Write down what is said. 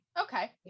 okay